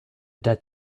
dead